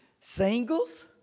Singles